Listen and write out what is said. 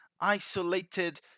Isolated